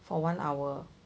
for one hour